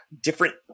different